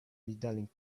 medaling